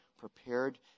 prepared